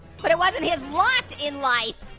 but it wasn't his lot in life.